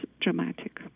dramatic